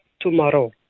tomorrow